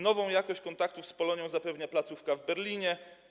Nową jakość kontaktów z Polonią zapewnia placówka w Berlinie.